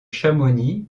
chamonix